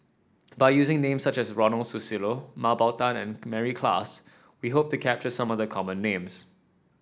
by using names such as Ronald Susilo Mah Bow Tan and Mary Klass we hope to capture some of the common names